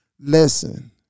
Listen